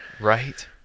Right